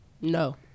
No